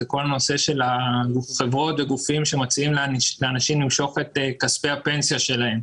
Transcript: כל נושא של החברות והגופים שמציעים לאנשים למשוך את כספי הפנסיה שלהם.